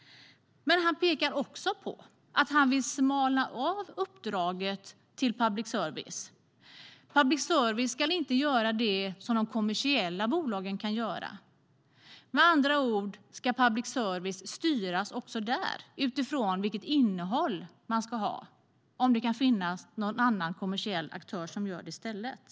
Han pekar också på att han vill smalna av uppdraget till public service. Public service ska inte göra det som de kommersiella bolagen kan göra. Med andra ord ska public service också där styras utifrån vilket innehåll man ska ha och om det kan finnas någon kommersiell aktör som gör detta i stället.